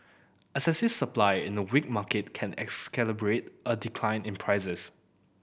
excessive supply in a weak market can exacerbate a decline in prices